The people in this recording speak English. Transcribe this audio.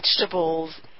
vegetables